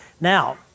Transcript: Now